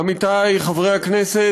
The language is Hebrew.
עמיתי חברי הכנסת,